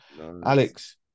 Alex